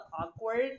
awkward